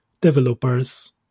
developers